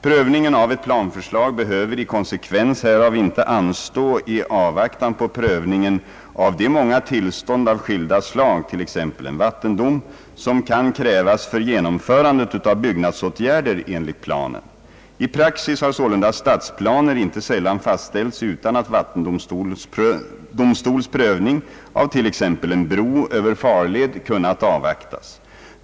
Prövningen av ett planförslag behöver i konsekvens härav inte anstå i avvaktan på prövningen av de många tillstånd av skilda slag, t.ex. en vattendom, som kan krävas för genomförandet av byggnadsåtgärder enligt planen. I praxis har sålunda stadsplaner inte sällan fastställts utan att vattendomstols prövning av t.ex. en bro över farled kunnat avvaktas.